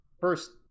First